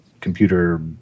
computer